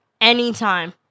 anytime